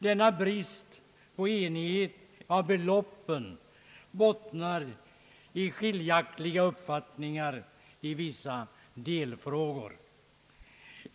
Denna brist på enighet beträffande beloppen bottnar i skiljaktiga uppfattningar i vissa delfrågor.